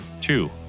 Two